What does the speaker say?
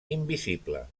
invisible